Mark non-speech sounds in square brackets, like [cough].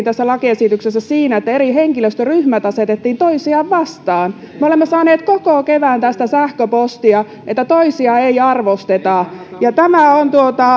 [unintelligible] tässä lakiesityksessä epäonnistuttiin siinä että eri henkilöstöryhmät asetettiin toisiaan vastaan me olemme saaneet koko kevään tästä sähköpostia että toisia ei arvosteta tämä on